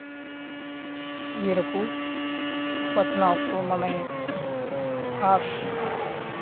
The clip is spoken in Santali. ᱤᱭᱟᱹ ᱨᱮᱠᱚ ᱵᱟᱪᱷᱱᱟᱣ ᱚᱠᱛᱚ ᱢᱟᱱᱮ ᱯᱷᱟᱥ